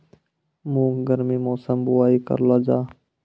मूंग गर्मी मौसम बुवाई करलो जा?